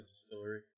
distillery